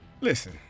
listen